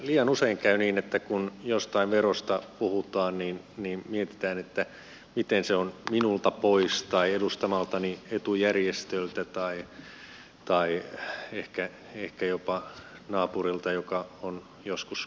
liian usein käy niin että kun jostain verosta puhutaan niin mietitään miten se on minulta pois tai edustamaltani etujärjestöltä tai ehkä jopa naapurilta joka on joskus kertonut minua äänestäneensä